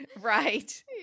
right